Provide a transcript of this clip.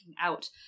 out